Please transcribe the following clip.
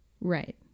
right